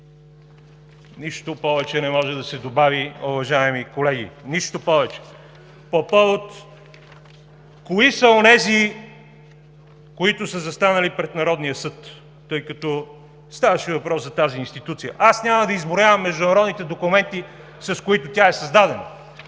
Нищо повече не може да се добави, уважаеми колеги. Нищо повече. По повод на това кои са онези, които са застанали пред Народния съд, тъй като ставаше въпрос за тази институция, няма да изброявам международните документи, с които тя е създадена.